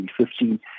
2015